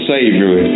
Savior